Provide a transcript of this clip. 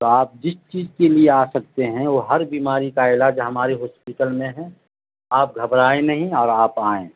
تو آپ جس چیز کے لیے آ سکتے ہیں وہ ہر بیماری کا علاج ہمارے ہاسپیٹل میں ہے آپ گھبرائیں نہیں اور آپ آئیں